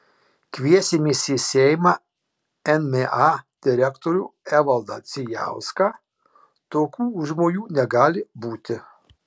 kviesimės į seimą nma direktorių evaldą čijauską tokių užmojų negali būti